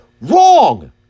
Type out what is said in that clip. Wrong